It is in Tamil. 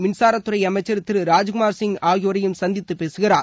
மின்சார துறை அமைச்சர் திரு ராஜ்குமார் சிங் ஆகியோரையும் சந்தித்து பேசுகிறார்